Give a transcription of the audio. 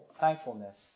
thankfulness